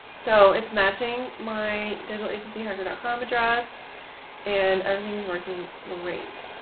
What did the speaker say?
so it's matching my digitalagencyhacker dot com address and everything is working great.